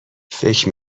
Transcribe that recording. فکر